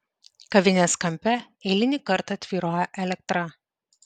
kavinės kampe eilinį kartą tvyrojo elektra